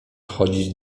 chodzić